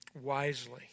wisely